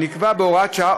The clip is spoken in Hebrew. שנקבעה בהוראת השעה,